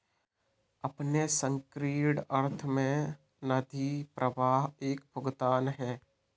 अपने संकीर्ण अर्थ में नकदी प्रवाह एक भुगतान है